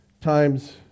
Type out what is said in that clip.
times